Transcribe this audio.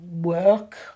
work